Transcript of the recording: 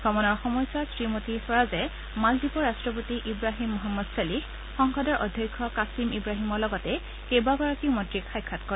ভ্ৰমণৰ সময়ছোৱাত শ্ৰীমতী স্বৰাজে মালদ্বীপৰ ৰাট্টপতি ইৱাহীম মহম্মদ ছলিহ সংসদৰ অধ্যক্ষ কাশীম ইৱাহীমৰ লগতে কেইবাগৰাকীও মন্ত্ৰীক সাক্ষাৎ কৰিব